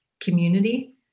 community